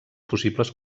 possibles